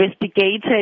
investigated